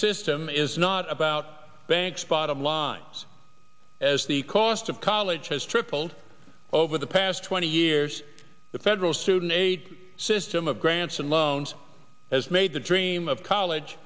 system is not about banks bottom lines as the cost of college has tripled over the past twenty years the federal student aid system of grants and loans has made the dream of college